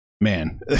Man